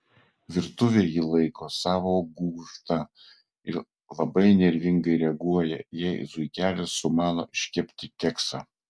virtuvę ji laiko savo gūžta ir labai nervingai reaguoja jei zuikelis sumano iškepti keksą